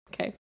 okay